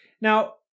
now